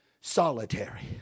solitary